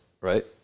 right